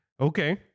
okay